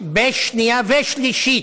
בקריאה שנייה ושלישית.